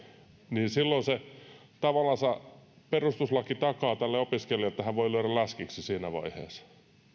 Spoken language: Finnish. niin silloin tavallansa perustuslaki takaa tälle opiskelijalle että hän voi lyödä läskiksi siinä vaiheessa